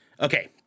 okay